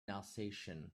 alsatian